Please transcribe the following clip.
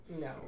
No